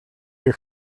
your